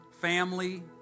family